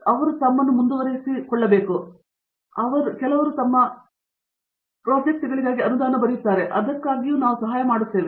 Satyanarayana N Gummadi ತಮ್ಮನ್ನು ಮುಂದುವರೆಸುತ್ತಿದ್ದಾರೆ ಮತ್ತು ಅವರಲ್ಲಿ ಕೆಲವರಿಗೆ ನಾವು ಈ ಬಗ್ಗೆ ಒಂದು ಅನುದಾನ ಬರೆಯುತ್ತೇವೆ ನಾನು ನಿಮಗೆ ಸಹಾಯ ಮಾಡುತ್ತೇನೆ